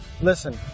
Listen